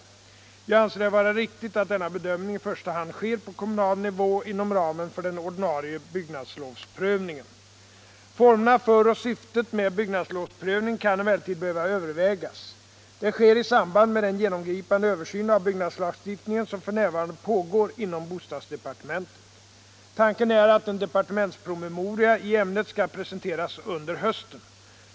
synpunkter vid Jag anser det vara riktigt att denna bedömning i första hand sker på = beviljande av behöva övervägas. Det sker i samband med den genomgripande översyn åtgärder av byggnadslagstiftningen som f.n. pågår inom bostadsdepartementet. Tanken är att en departementspromemoria i ämnet skall presenteras un der hösten.